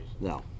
no